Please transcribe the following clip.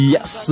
Yes